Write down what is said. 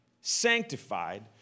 sanctified